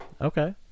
Okay